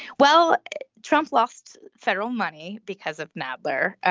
well trump lost federal money because of nadler.